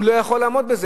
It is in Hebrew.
הוא לא יכול לעמוד בזה.